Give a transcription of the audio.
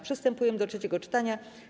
Przystępujemy do trzeciego czytania.